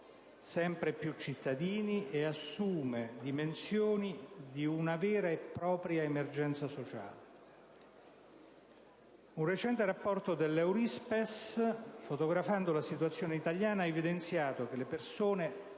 sempre più cittadini e assume dimensioni di una vera e propria emergenza sociale. Un recente rapporto dell'Eurispes, fotografando la situazione italiana, ha evidenziato che le persone